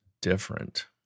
different